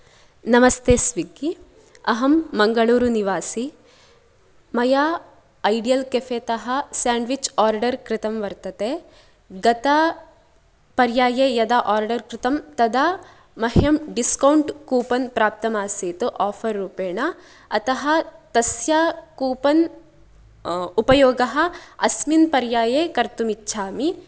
नमस्ते स्विग्गी अहं मङ्गलूरुनिवासी मया ऐडियल् केफेतः सेण्ड्विच् ओर्डर् कृतं वर्तते गतपर्याये यदा ओर्डर् कृतं तदा मह्यं डिस्कौण्ट् कूपन् प्राप्तम् आसीत् ओफार् रूपेण अतः तस्य कूपन् उपयोगः अस्मिन् पर्याये कर्तुम् इच्छामि